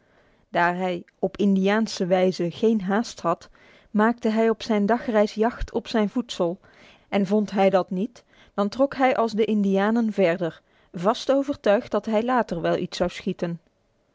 daar hij op indiaanse wijze geen haast had maakte hij op zijn dagreis jacht op zijn voedsel en vond hij dat niet dan trok hij als de indianen verder vast overtuigd dat hij later wel iets zou schieten